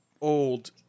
old